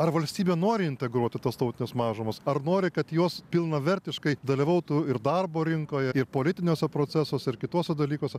ar valstybė nori integruot tas tautines mažumas ar nori kad jos pilnavertiškai dalyvautų ir darbo rinkoje ir politiniuose procesuose ir kituose dalykuose